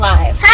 Live